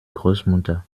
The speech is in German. großmutter